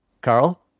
Carl